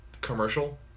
commercial